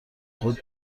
خود